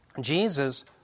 jesus